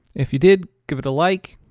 if you did, give it a like.